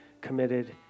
committed